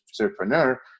entrepreneur